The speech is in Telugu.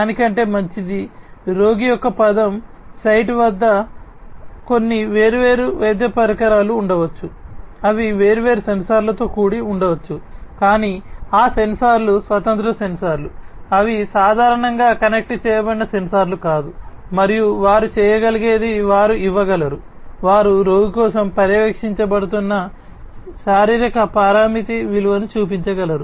దాని కంటే మంచిది రోగి యొక్క పదం సైట్ వద్ద కొన్ని వేర్వేరు వైద్య పరికరాలు ఉండవచ్చు అవి వేర్వేరు సెన్సార్లతో కూడి ఉండవచ్చు కానీ ఆ సెన్సార్లు స్వతంత్ర సెన్సార్లు అవి సాధారణంగా కనెక్ట్ చేయబడిన సెన్సార్లు కాదు మరియు వారు చేయగలిగేది వారు ఇవ్వగలరు వారు రోగి కోసం పర్యవేక్షించబడుతున్న శారీరక పారామితి విలువను చూపించగలరు